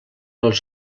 els